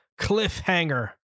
Cliffhanger